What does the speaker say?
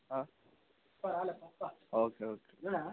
okay okay